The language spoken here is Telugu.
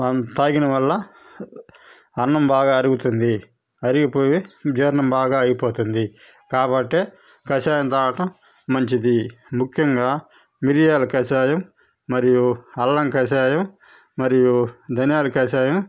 తాగటం వల్ల అన్నం బాగా అరుగుతుంది అరిగిపోయి జీర్ణం బాగా అయిపోతుంది కాబట్టి కషాయం తాగటం మంచిది ముఖ్యంగా మిరియాల కషాయం మరియు అల్లం కషాయం మరియు ధనియాల కషాయం